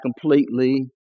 completely